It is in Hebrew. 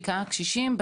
בעיקר קשישים,